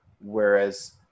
whereas